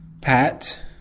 Pat